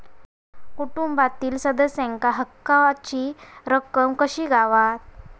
कुटुंबातील सदस्यांका हक्काची रक्कम कशी गावात?